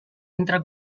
entre